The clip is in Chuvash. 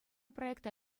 проекта